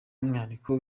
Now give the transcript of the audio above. umwihariko